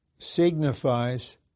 signifies